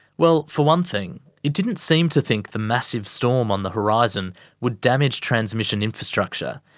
well, for one thing, it didn't seem to think the massive storm on the horizon would damage transmission infrastructure,